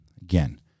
again